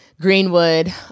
Greenwood